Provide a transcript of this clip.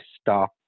stop